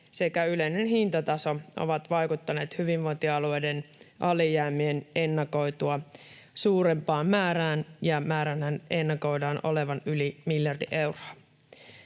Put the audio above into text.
sekä yleinen hintataso ovat vaikuttaneet hyvinvointialueiden alijäämien ennakoitua suurempaan määrään, ja määränhän ennakoidaan olevan yli miljardi euroa.